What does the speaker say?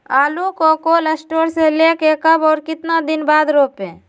आलु को cold store से ले के कब और कितना दिन बाद रोपे?